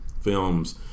films